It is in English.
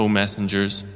messengers